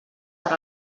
per